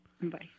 Bye